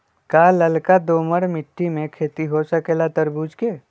का लालका दोमर मिट्टी में खेती हो सकेला तरबूज के?